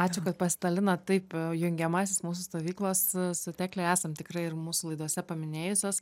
ačiū kad pasidalinot taip jungiamasis mūsų stovyklos su tekle esam tikrai ir mūsų laidose paminėjusios